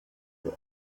you